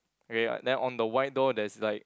okay then on the white door there's like